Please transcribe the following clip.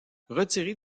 retirés